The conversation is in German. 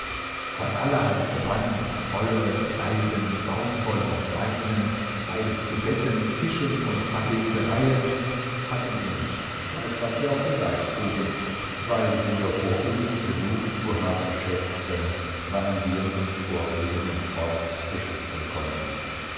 von allerhand gewand wolle seiden baumwolle und leinen beides zu betten tischen und tapezereien hatten wir nichts als was wir auf dem leib trugen weil wir vor uns genug zu haben schätzten wann wir uns vor regen und frost beschützen konnten